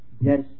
yes